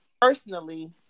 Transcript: personally